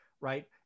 right